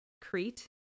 Crete